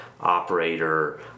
operator